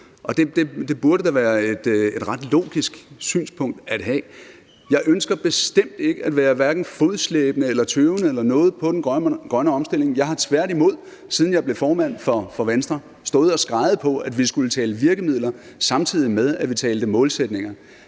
Det burde da være et ret logisk synspunkt at have. Jeg ønsker bestemt ikke at være hverken fodslæbende eller tøvende eller noget på den grønne omstilling, jeg har tværtimod, siden jeg blev formand for Venstre, stået og skreget på, at vi skulle tale virkemidler, samtidig med at vi talte målsætninger.